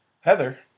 Heather